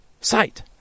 sight